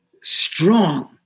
strong